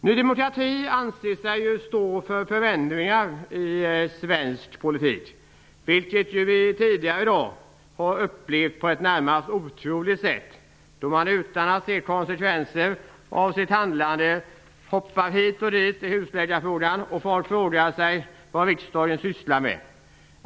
Ny demokrati anser sig ju stå för förändringar i svensk politik, vilket vi tidigare i dag har upplevt på ett närmast otroligt sätt, då man utan att se till konsekvenser av sitt handlande hoppar hit och dit i husläkarfrågan. Folk frågar sig vad riksdagen sysslar med.